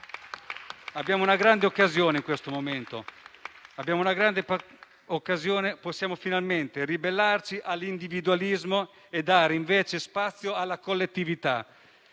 Abbiamo una grande occasione in questo momento. Possiamo finalmente ribellarci all'individualismo e dare invece spazio alla collettività.